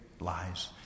lies